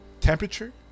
Temperature